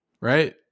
right